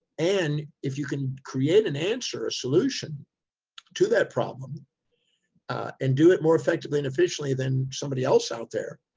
and if you can create an answer, a solution to that problem and do it more effectively and efficiently than somebody else out there,